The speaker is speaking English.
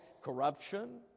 corruption